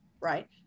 right